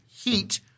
Heat